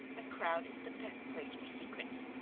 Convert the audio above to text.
a crowd is the best place for secrets.